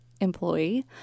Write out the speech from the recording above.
employee